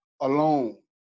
alone